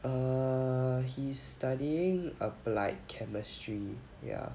err he's studying applied chemistry ya